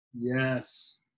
Yes